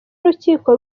urukiko